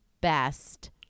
BEST